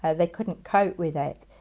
ah they couldn't cope with it.